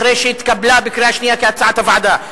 אחרי שהתקבלה בקריאה שנייה כהצעת הוועדה.